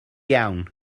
iawn